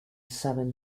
seven